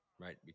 right